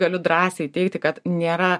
galiu drąsiai teigti kad nėra